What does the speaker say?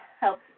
help